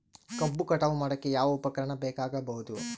ಕಬ್ಬು ಕಟಾವು ಮಾಡೋಕೆ ಯಾವ ಉಪಕರಣ ಬೇಕಾಗಬಹುದು?